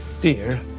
Dear